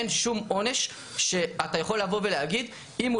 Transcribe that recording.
אין שום עונש שאתה יכול לבוא ולהגיד שאם הוא